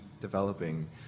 developing